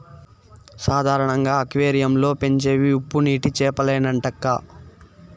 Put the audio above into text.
సాధారణంగా అక్వేరియం లో పెంచేవి ఉప్పునీటి చేపలేనంటక్కా